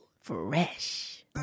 fresh